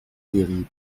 terrible